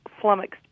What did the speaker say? flummoxed